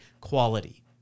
quality